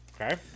Okay